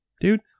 dude